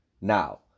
Now